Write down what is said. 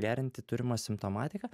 gerinti turimą simptomatiką